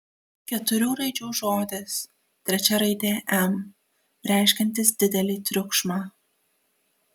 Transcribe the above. keturių raidžių žodis trečia raidė m reiškiantis didelį triukšmą